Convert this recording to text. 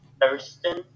Thurston